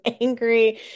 angry